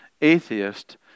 atheist